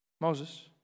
Moses